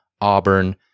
Auburn